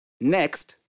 Next